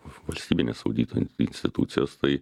valstybinės audito institucijos tai